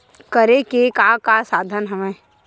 करे के का का साधन हवय?